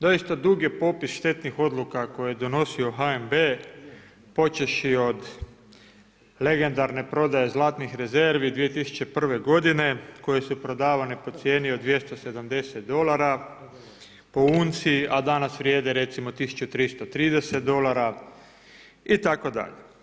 Doista, dug je popis štetnih odluka koje je donosio HNB, počevši od legendarne prodaje zlatnih rezervi 2001. godine koje su prodavane po cijeni od 270 dolara po unci, a dana vrijede recimo, 1330 dolara itd.